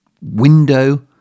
window